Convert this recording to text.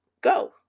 go